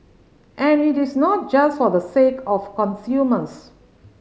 and it is not just for the sake of consumers